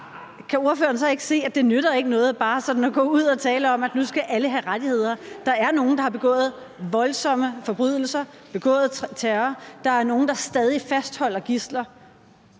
kan ordføreren så ikke se, at det ikke nytter noget bare sådan at gå ud og tale om, at nu skal alle have rettigheder? Der er nogle, der har begået voldsomme forbrydelser og begået terror. Der er nogle, der stadig holder gidsler.